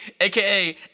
aka